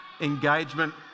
engagement